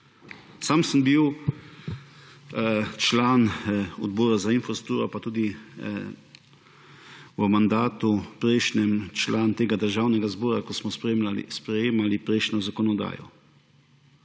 Sam sem bil član Odbora za infrastrukturo in tudi v prejšnjem mandatu član Državnega zbora, ko smo sprejemali prejšnjo zakonodajo.